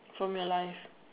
from your life